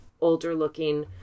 older-looking